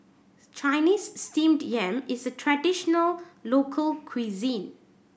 Chinese Steamed Yam is a traditional local cuisine